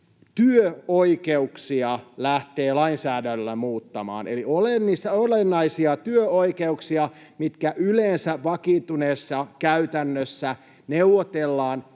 työoikeuksia lainsäädännöllä muuttamaan — eli olennaisia työoikeuksia, mitkä yleensä vakiintuneessa käytännössä neuvotellaan